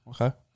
Okay